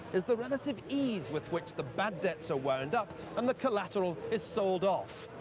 is the reiative ease with which the bad debts are wound up and the coiiaterai is soid off.